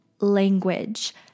language